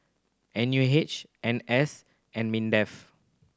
N U H N S and MINDEF